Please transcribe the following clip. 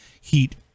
heat